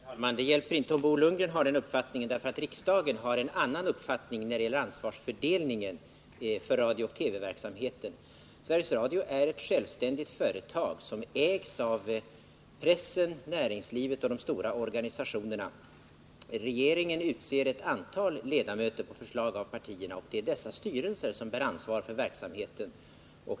Herr talman! Det hjälper inte om Bo Lundgren har den uppfattningen, därför att riksdagen har en annan uppfattning när det gäller ansvarsfördelningen inom radiooch TV-verksamheten. Sveriges Radio är ett självständigt företag som ägs av pressen, näringslivet och de stora organisationerna. Regeringen utser ett antal styrelseledamöter på förslag av partierna. Det är dessa styrelser som bär ansvar för verksamheten.